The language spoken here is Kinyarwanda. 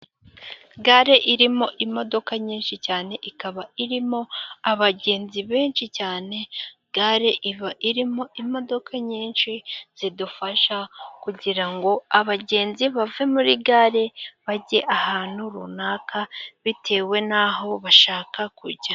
Gare irimo imodoka nyinshi cyane, ikaba irimo abagenzi benshi cyane, gare iba irimo imodoka nyinshi zidufasha, kugira ngo abagenzi bave muri gare bajye ahantu runaka, bitewe naho bashaka kujya.